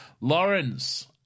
Lawrence